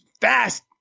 fast